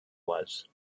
was